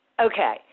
okay